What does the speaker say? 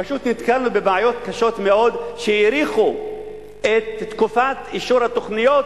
פשוט נתקלנו בבעיות קשות מאוד שהאריכו את תקופת אישור התוכניות,